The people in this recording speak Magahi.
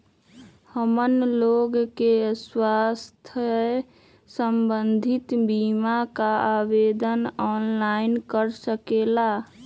हमन लोगन के स्वास्थ्य संबंधित बिमा का आवेदन ऑनलाइन कर सकेला?